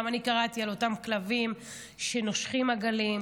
גם אני קראתי על אותם כלבים שנושכים עגלים,